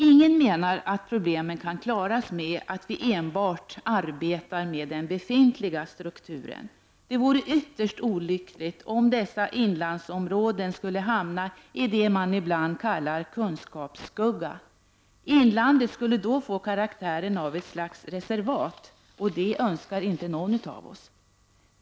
Ingen menar att problemen kan klaras med att vi enbart arbetar med den befintliga strukturen. Det vore ytterst olyckligt om dessa inlandsområden skulle hamna i det man ibland kallar kunskapsskugga. Inlandet skulle då få karaktären av ett slags reservat, och det önskar inte någon av oss.